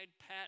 pat